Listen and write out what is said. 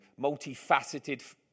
multifaceted